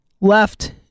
left